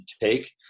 take